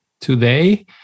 today